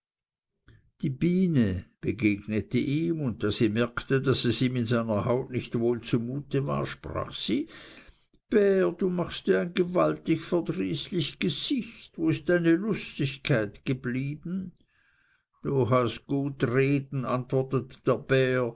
die biene begegnete ihm und da sie merkte daß es ihm in seiner haut nicht wohl zumute war sprach sie bär du machst ja ein gewaltig verdrießlich gesicht wo ist deine lustigkeit geblieben du hast gut reden antwortete der bär